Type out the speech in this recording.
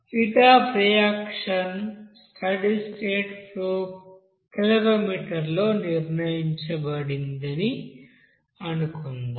heat of reaction steady state flow calorimeter లో నిర్ణయించబడిందని అనుకుందాం